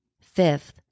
Fifth